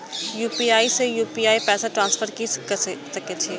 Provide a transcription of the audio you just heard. UPI से UPI पैसा transfer की सके छी?